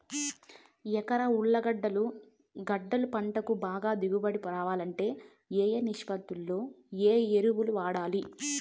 ఎకరా ఉర్లగడ్డలు గడ్డలు పంటకు బాగా దిగుబడి రావాలంటే ఏ ఏ నిష్పత్తిలో ఏ ఎరువులు వాడాలి?